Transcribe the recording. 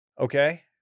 Okay